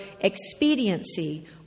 expediency